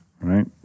right